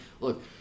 Look